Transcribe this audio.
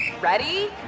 Ready